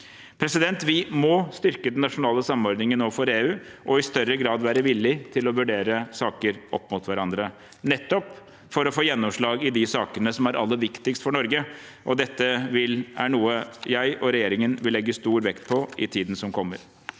argumenter. Vi må styrke den nasjonale samordningen overfor EU og i større grad være villige til å vurdere saker opp mot hverandre, nettopp for å få gjennomslag i de sakene som er aller viktigst for Norge. Dette er noe jeg og regjeringen vil legge stor vekt på i tiden som kommer.